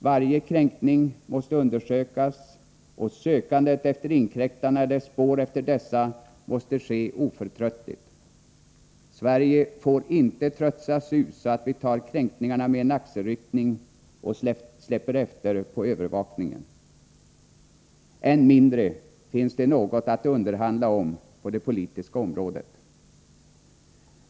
Varje kränkning måste undersökas, och sökandet efter inkräktarna eller spår av dessa måste ske oförtröttligt. Sverige får inte tröttas ut, så att vi tar kränkningarna med en axelryckning och släpper efter på övervakningen. Än mindre finns det något att underhandla om på det politiska området.